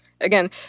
again